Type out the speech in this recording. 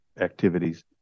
activities